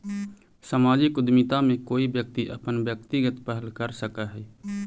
सामाजिक उद्यमिता में कोई व्यक्ति अपन व्यक्तिगत पहल कर सकऽ हई